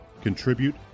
Contribute